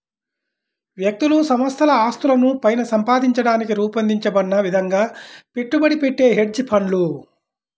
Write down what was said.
వ్యక్తులు సంస్థల ఆస్తులను పైన సంపాదించడానికి రూపొందించబడిన విధంగా పెట్టుబడి పెట్టే హెడ్జ్ ఫండ్లు